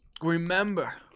Remember